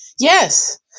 yes